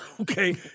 Okay